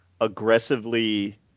aggressively